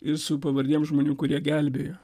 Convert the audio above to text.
ir su pavardėm žmonių kurie gelbėjo